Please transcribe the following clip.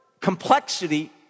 complexity